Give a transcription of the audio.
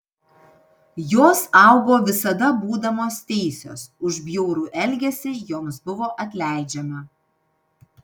jos augo visada būdamos teisios už bjaurų elgesį joms buvo atleidžiama